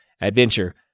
adventure